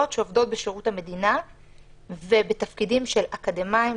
שעובדות בשירות המדינה בתפקידים של אקדמאים,